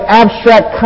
abstract